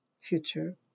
future